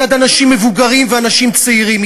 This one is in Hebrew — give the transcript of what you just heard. מצד אנשים מבוגרים ואנשים צעירים,